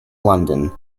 london